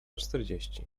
czterdzieści